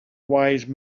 wise